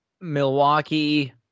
Milwaukee